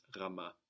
rama